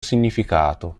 significato